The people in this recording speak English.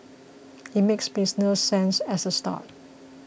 it makes business sense as a start